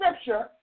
scripture